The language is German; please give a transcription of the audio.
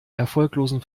erfolglosen